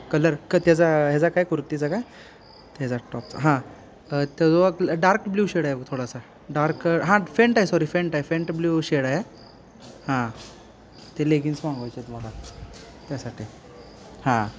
colour क त्याचा ह्याचा काय कुर्तीचा काय त्याचा टॉपचा हां जो डार्क ब्ल्यू शेड आहे थोडासा डार्क हां फेंट आहे सॉरी फेंट आहे फेंट ब्ल्यू शेड आहे हां ते लेगिन्स मागवायचे आहेत मला त्यासाठी हां